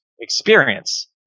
experience